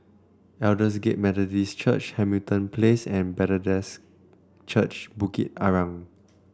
Aldersgate Methodist Church Hamilton Place and Bethesda's Church Bukit Arang